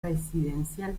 residencial